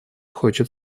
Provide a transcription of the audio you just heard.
хочет